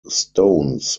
stones